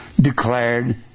declared